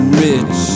rich